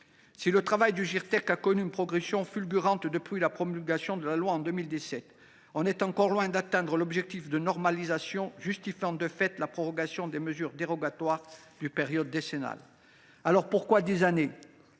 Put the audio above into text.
Si le travail du Girtec a connu une progression fulgurante depuis la promulgation de la loi en 2017, on est encore loin d’atteindre l’objectif de normalisation ayant justifié la prorogation des mesures dérogatoires pour une période décennale. Alors pourquoi dix ans ?